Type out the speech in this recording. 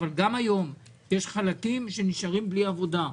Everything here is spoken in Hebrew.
אבל גם היום יש חלקים שנשארים בלי עבודה,